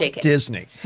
Disney